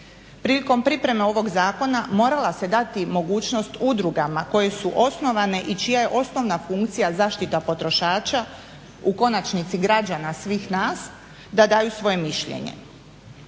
Prilikom pripreme ovog zakona morala se dati mogućnost udrugama koje su osnovane i čija je osnovna funkcija zaštita potrošača u konačnici građana svih nas da daju svoje mišljenje.